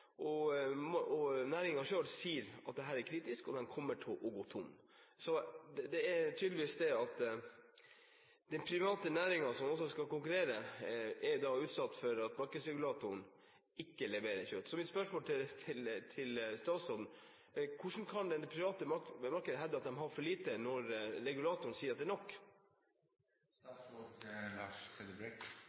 sier at dette er kritisk, og at de kommer til å gå tom. Det er tydelig at den private næringen, som også skal konkurrere, kan bli utsatt ved at markedsregulatoren ikke leverer kjøtt. Mitt spørsmål til statsråden er: Hvordan kan det private markedet hevde at de har for lite, når regulatoren sier at det er nok?